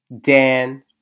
Dan